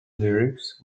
lyrics